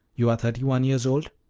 you are thirty-one years old?